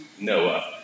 Noah